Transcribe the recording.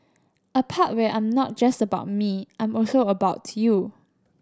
a part where I'm not just about me I'm also about you